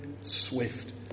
swift